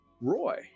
Roy